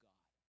God